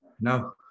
no